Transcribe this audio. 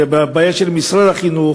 זה בעיה של משרד החינוך